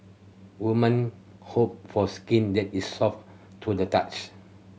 woman hope for skin that is soft to the touch